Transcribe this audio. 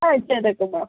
ആ ചെയ്തേക്കാം മാം